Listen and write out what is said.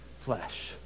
flesh